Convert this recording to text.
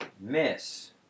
Miss